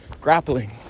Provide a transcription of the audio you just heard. grappling